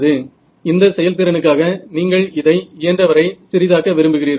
சிறந்த செயல்திறனுக்காக நீங்கள் இதை இயன்றவரை சிறிதாக்க விரும்புகிறீர்கள்